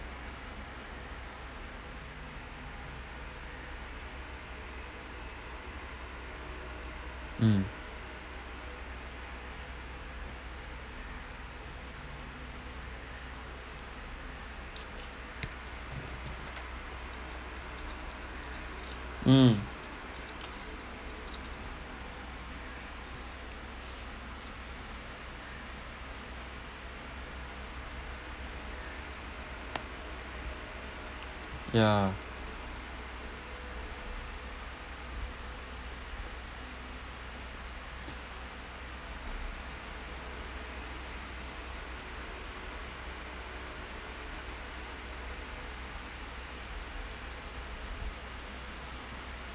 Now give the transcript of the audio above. mm mm ya